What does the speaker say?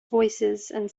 voicesand